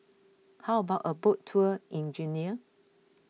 how about a boat tour in Guinea